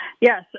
Yes